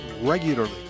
regularly